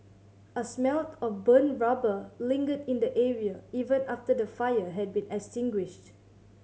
a smelled of burnt rubber lingered in the area even after the fire had been extinguished